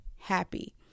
happy